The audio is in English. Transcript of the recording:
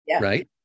right